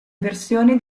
versioni